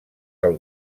del